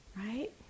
Right